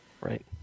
Right